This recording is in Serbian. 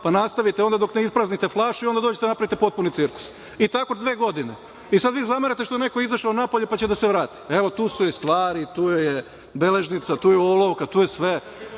pa nastavite onda dok ne ispraznite flašu i onda dođete da napravite potpuni cirkus i tako dve godine i sada vi zamerate što je neko izašao napolje, pa će da se vrati, evo tu su joj stvari, tu joj je beležnica, tu joj je olovka, vratiće se,